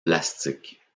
plastique